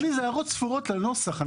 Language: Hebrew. אלה הערות ספורות לנוסח.